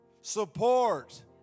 support